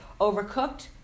overcooked